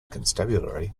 constabulary